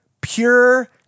pure